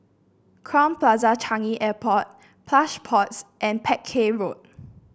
Crowne Plaza Changi Airport Plush Pods and Peck Hay Road